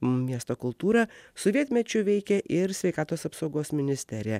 miesto kultūrą sovietmečiu veikė ir sveikatos apsaugos ministerija